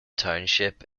township